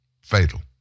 Fatal